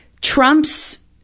Trump's